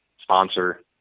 sponsor